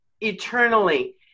eternally